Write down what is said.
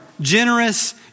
generous